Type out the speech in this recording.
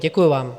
Děkuju vám.